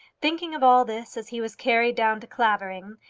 thinking of all this as he was carried down to clavering,